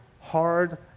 hard